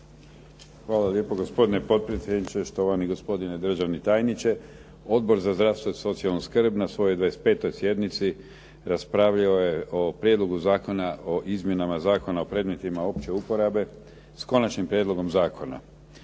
Hvala lijepo gospodine potpredsjedniče, štovani gospodine državni tajniče. Odbor za zdravstvo i socijalnu skrb na svojoj 25. sjednici raspravio je o Prijedlogu zakona o Izmjenama zakona o predmetima opće uporabe sa Konačnim prijedlogom zakona.